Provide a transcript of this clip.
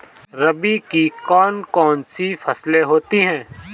रबी की कौन कौन सी फसलें होती हैं?